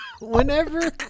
Whenever